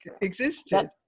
existed